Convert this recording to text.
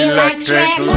Electric